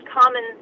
common